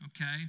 okay